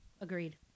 agreed